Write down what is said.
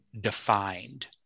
defined